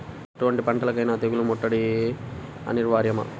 ఎటువంటి పంటలకైన తెగులు ముట్టడి అనివార్యమా?